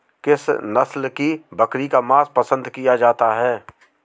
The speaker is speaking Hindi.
किस नस्ल की बकरी का मांस पसंद किया जाता है?